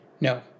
No